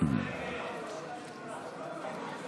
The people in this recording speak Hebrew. ההסתייגות לא נתקבלה.